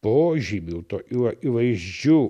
požymių tokių akivaizdžių